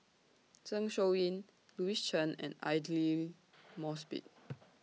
Zeng Shouyin Louis Chen and Aidli Mosbit